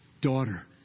daughter